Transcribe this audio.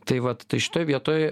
tai vat tai šitoj vietoj